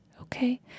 Okay